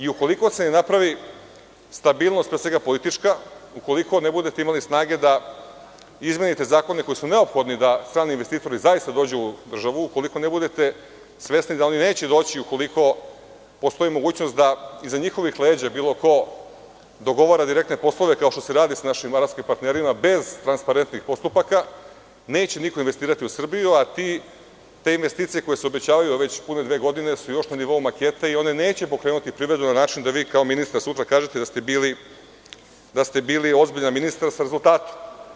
Ukoliko se ne napravi stabilnost, pre svega politička, ukoliko ne budete imali snage da izmenite zakone koji su neophodni da strani investitori zaista dođu u državu, ukoliko ne budete svesni da oni neće doći, ukoliko postoji mogućnost da iza njihovih leđa bilo ko dogovara direktne poslove, kao što se radi sa našim arapskim partnerima, bez transparentnih postupaka, neće niko investirati u Srbiju, a te investicije koje se obećavaju već pune dve godine su još na nivou makete i one neće pokrenuti primedbe na način da vi kao ministar sutra kažete da ste bili ozbiljan ministar sa rezultatom.